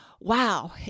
wow